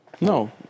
No